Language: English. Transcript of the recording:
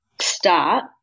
start